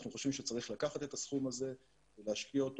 אנחנו חושבים שצריך לקחת את הסכום הזה ולהשקיע אותו